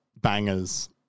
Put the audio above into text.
bangers